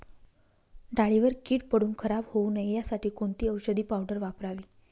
डाळीवर कीड पडून खराब होऊ नये यासाठी कोणती औषधी पावडर वापरावी?